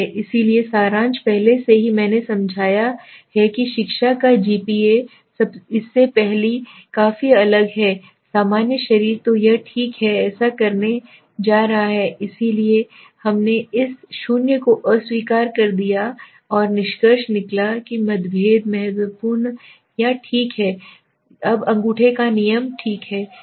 इसलिए सारांश पहले से ही मैंने समझाया है कि शिक्षा का जीपी इससे काफी अलग है सामान्य शरीर तो यह ठीक है हम ऐसा करने जा रहे हैं इसलिए हमने इस 0 को अस्वीकार कर दिया और निष्कर्ष निकाला कि मतभेद महत्वपूर्ण था ठीक है ठीक है अब यह अंगूठे का नियम है